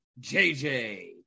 JJ